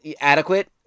adequate